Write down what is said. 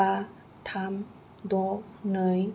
बा थाम द' नै